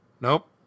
Nope